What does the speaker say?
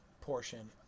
portion